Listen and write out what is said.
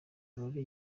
aurore